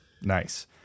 Nice